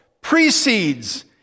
precedes